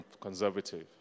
conservative